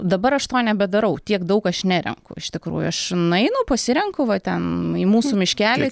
dabar aš to nebedarau tiek daug aš nerenku iš tikrųjų aš nueinu pasirenku va ten į mūsų miškelį